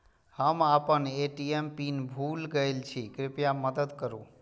हम आपन ATM PIN भूल गईल छी, कृपया मदद करू